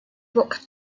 walk